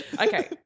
Okay